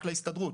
רק להסתדרות.